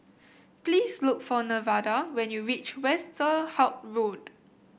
please look for Nevada when you reach Westerhout Road